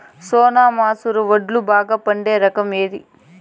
సోనా మసూర వడ్లు బాగా పండే రకం ఏది